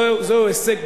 זהו הישג,